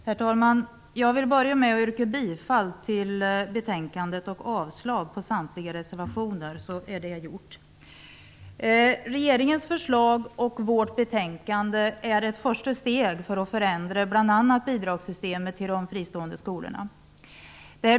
Herr talman! Jag vill börja med att yrka bifall till hemställan i betänkandet och avslag på samtliga reservationer, så är det gjort. Regeringens förslag och betänkandet är ett första steg för att förändra bl.a. bidragssytemet när det gäller de fristående skolorna.